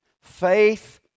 faith